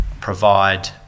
provide